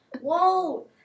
Whoa